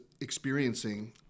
experiencing